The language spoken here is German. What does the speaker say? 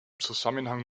zusammenhang